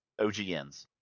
OGNs